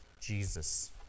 Jesus